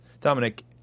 Dominic